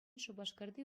шупашкарти